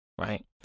right